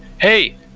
Hey